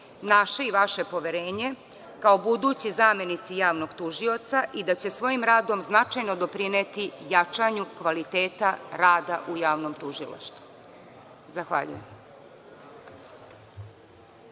naše i vaše poverenje kao budući zamenici javnog tužioca i da će svojim radom značajno doprineti jačanju kvaliteta rada u Javnom tužilaštvu. Zahvaljujem.